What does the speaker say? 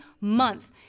month